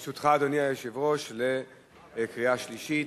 ברשותך, אדוני היושב-ראש, בקריאה שלישית.